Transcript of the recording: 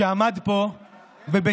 שעמד פה ובצביעות